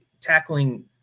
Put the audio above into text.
tackling